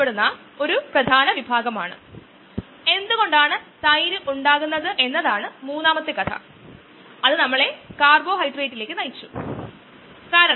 അതിനാൽ ഒരൊറ്റ എൻസൈമിനൊപ്പം മറ്റ് കയ്നെറ്റിക്സിലേക്ക് നോക്കാം ഒരൊറ്റ സബ്സ്ട്രേറ്റ് തരം എന്ന് നമുക്ക് പറയാം